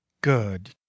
Good